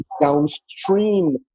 downstream